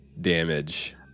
damage